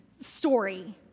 story